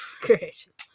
Gracious